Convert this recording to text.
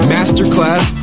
Masterclass